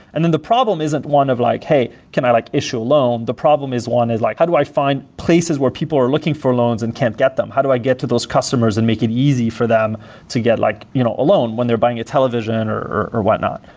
and then the problem isn't one of like, hey, can i like issue a loan? the problem is, one, is like, how do i find places where people are looking for loans and can't get them? how do i get to those customers and make it easy for them to get like you know a loan when they're buying a television or or whatnot?